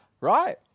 right